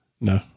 No